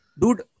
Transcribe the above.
Dude